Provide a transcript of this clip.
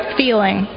feeling